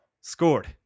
Scored